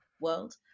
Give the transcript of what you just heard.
world